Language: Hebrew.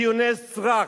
דיוני סרק.